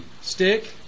stick